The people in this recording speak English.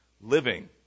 living